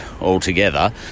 altogether